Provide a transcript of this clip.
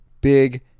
big